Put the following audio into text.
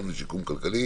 ושיקום כלכלי